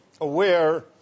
aware